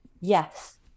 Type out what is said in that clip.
Yes